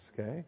Okay